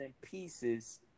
pieces